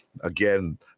Again